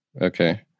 Okay